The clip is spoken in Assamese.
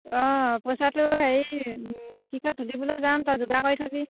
অঁ পইচাটো হেৰি কি কয় তুলিবলৈ যাম তই যোগাৰ কৰি থবি